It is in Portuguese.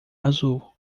azul